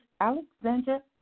Alexandra